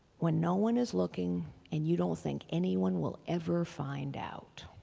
when no one is looking and you don't think anyone will ever find out?